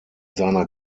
seiner